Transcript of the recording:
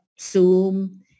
Zoom